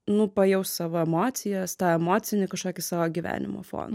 nu pajaust savo emocijas tą emocinį kažkokį savo gyvenimo foną